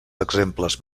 exemples